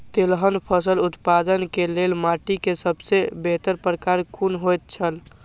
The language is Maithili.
तेलहन फसल उत्पादन के लेल माटी के सबसे बेहतर प्रकार कुन होएत छल?